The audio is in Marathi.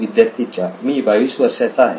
विद्यार्थी 4 मी 22 वर्षांचा आहे